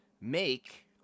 make